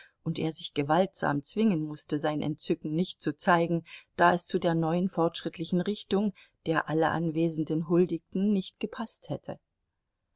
und er sich gewaltsam zwingen mußte sein entzücken nicht zu zeigen da es zu der neuen fortschrittlichen richtung der alle anwesenden huldigten nicht gepaßt hätte